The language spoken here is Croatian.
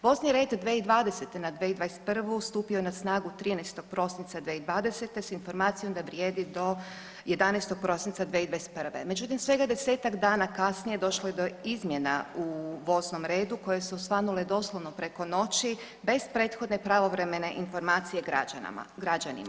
Vozni red 2020. na 2021. stupio je na snagu 13. prosinca 2020. s informacijom da vrijedi do 11. prosinca 2021., međutim svega desetak dana kasnije došlo je do izmjena u voznom redu koje su osvanule doslovno preko noći bez prethodne pravovremene informacije građanima.